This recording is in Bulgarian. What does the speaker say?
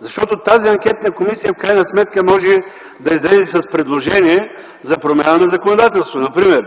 защото в крайна сметка тя може да излезе с предложения за промяна в законодателството. Например